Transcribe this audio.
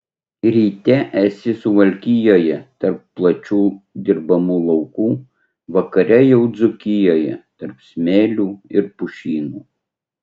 ryte esi suvalkijoje tarp plačių dirbamų laukų vakare jau dzūkijoje tarp smėlių ir pušynų